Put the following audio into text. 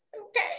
okay